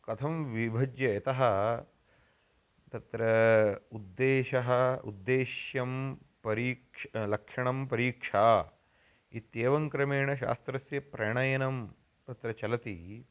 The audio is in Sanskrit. कथं विभज्य यतः तत्र उद्देशः उद्देश्यं परीक्षा लक्षणं परीक्षा इत्येवं क्रमेण शास्त्रस्य प्रणयनं तत्र चलति